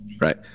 right